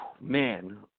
man